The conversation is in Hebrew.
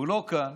הוא לא כאן.